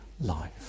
life